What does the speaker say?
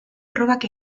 probak